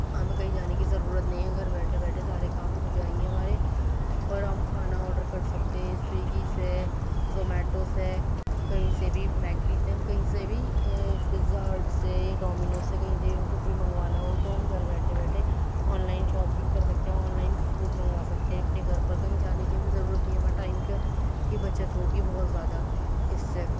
ہمیں کہیں جانے کی ضرورت نہیں ہے گھر بیٹھے بیٹھے سارے کام ہو جائیں گے ہمارے اور ہم کھانا آڈر کر سکتے ہیں سویگی سے زومیٹو سے کہیں سے بھی میک ڈی سے ہم کہیں سے بھی پزہ ہٹ سے یا ڈومینو سے کہیں سے بھی کچھ بھی منگوانا ہو تو ہم گھر بیٹھے بیٹھے آن لائن شاپنگ کر سکتے ہیں آن لائن فوڈ منگوا سکتے ہیں اپنے گھر پر کہیں جانے کی ہمیں ضرورت نہیں ہے ہمیں ٹائم پہ کی بچت ہوگی بہت زیادہ اس سے